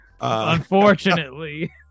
Unfortunately